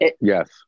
Yes